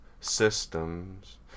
Systems